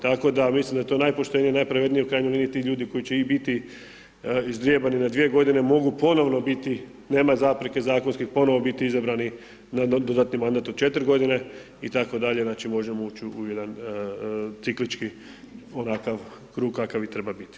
Tako da, mislim da je to najpoštenije i najpravednije, u krajnjoj liniji, ti ljudi koji će i biti ždrijebani na dvije godine, mogu ponovno biti, nema zapreke zakonske, ponovno biti izabrani, na dodatni mandat od 4 godine, itd. znači možemo ući u jedan ciklički, onakav krug kakav i treba biti.